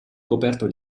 coperto